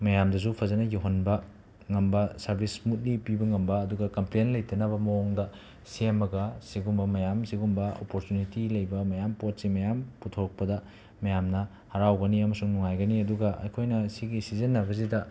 ꯃꯌꯥꯝꯗꯁꯨ ꯐꯖꯅ ꯌꯧꯍꯟꯕ ꯉꯝꯕ ꯁꯔꯕꯤꯁ ꯁ꯭ꯃꯨꯠꯂꯤ ꯄꯤꯕ ꯉꯝꯕ ꯑꯗꯨꯒ ꯀꯝꯄ꯭ꯂꯦꯟ ꯂꯩꯇꯅꯕ ꯃꯑꯣꯡꯗ ꯁꯦꯝꯃꯒ ꯁꯤꯒꯨꯝꯕ ꯃꯌꯥꯝ ꯁꯤꯒꯨꯝꯕ ꯑꯣꯄꯣꯔꯆꯨꯅꯤꯇꯤ ꯂꯩꯕ ꯃꯌꯥꯝ ꯄꯣꯠ ꯆꯩ ꯃꯌꯥꯝ ꯄꯨꯊꯣꯛꯄꯗ ꯃꯌꯥꯝꯅ ꯍꯔꯥꯎꯒꯅꯤ ꯑꯃꯁꯨꯡ ꯅꯨꯡꯉꯥꯏꯒꯅꯤ ꯑꯗꯨꯒ ꯑꯩꯈꯣꯏꯅ ꯁꯤꯒꯤ ꯁꯤꯖꯤꯟꯅꯕꯁꯤꯗ